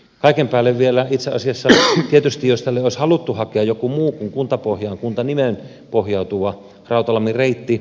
kaiken päälle vielä itse asiassa jos tälle olisi haluttu hakea joku muu kuin kuntanimeen pohjautuva nimi